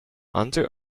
unto